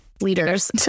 leaders